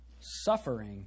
Suffering